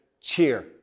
cheer